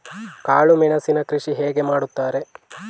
ಕಾಳು ಮೆಣಸಿನ ಕೃಷಿ ಹೇಗೆ ಮಾಡುತ್ತಾರೆ?